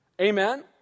Amen